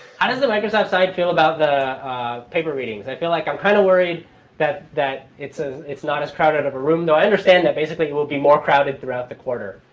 how does the microsoft side feel about the paper readings? i feel like i'm kind of worried that that it's ah it's not as crowded of a room. though, i understand that basically you will be more crowded throughout the quarter.